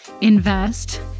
invest